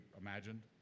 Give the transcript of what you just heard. imagined